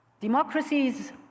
Democracies